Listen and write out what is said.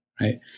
right